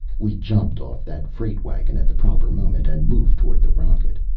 we jumped off that freight wagon at the proper moment and moved toward the rocket.